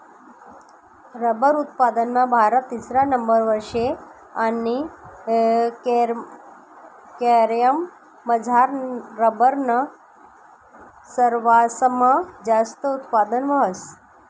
rubber उत्पादनमा भारत तिसरा नंबरवर शे आणि केरयमझार रबरनं सरवासमा जास्त उत्पादन व्हस